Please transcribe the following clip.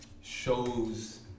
shows